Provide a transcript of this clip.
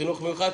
חינוך מיוחד?